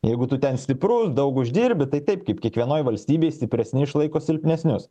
jeigu tu ten stiprus daug uždirbi tai taip kaip kiekvienoj valstybėj stipresni išlaiko silpnesnius